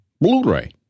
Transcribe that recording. Blu-ray